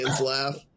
laugh